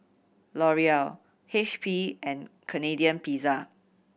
Laurier H P and Canadian Pizza